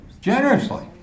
Generously